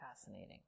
fascinating